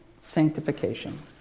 sanctification